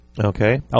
Okay